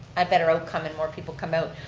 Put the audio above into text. a better outcome and more people come out,